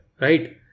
right